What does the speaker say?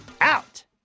out